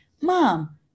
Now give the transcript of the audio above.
Mom